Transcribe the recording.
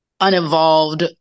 uninvolved